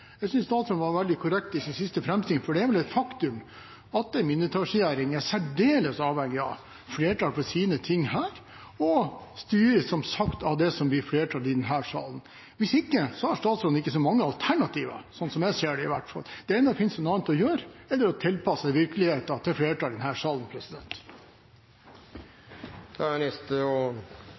Jeg synes statsråden var veldig korrekt i sin siste framstilling, for det er et faktum at en mindretallsregjering er særdeles avhengig av flertall for sine ting her, og styrer som sagt etter det som det blir flertall for i denne salen. Hvis ikke, har ikke statsråden så mange alternativer, sånn som jeg ser det i hvert fall, annet enn å finne seg noe annet å gjøre eller å tilpasse seg virkeligheten til flertallet i denne salen. Det er stadig representantar frå Arbeidarpartiet oppe på talarstolen her og